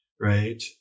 right